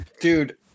dude